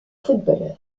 footballeur